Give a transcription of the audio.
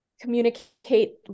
communicate